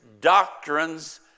doctrines